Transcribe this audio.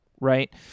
right